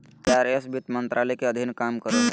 IRS वित्त मंत्रालय के अधीन काम करो हय